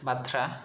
बाथ्रा